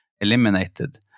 eliminated